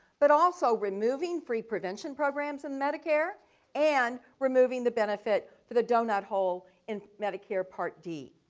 but also removing free prevention programs in medicare and removing the benefit for the donut hole in medicare part d.